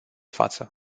față